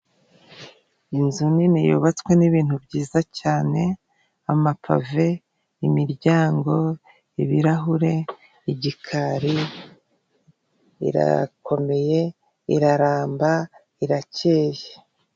Inzu nini yubatswe n'ibintu byiza cyane amapave, imiryango, ibirahure, igikari, irakomeye iraramba irakeye.